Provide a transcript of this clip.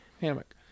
hammock